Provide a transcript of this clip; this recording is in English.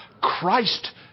Christ